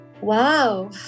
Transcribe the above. Wow